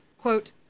quote